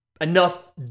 enough